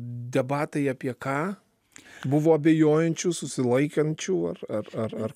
debatai apie ką buvo abejojančių susilaikančių ar ar ar ar